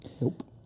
Nope